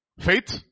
faith